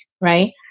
right